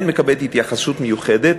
כן מקבלת התייחסות מיוחדת,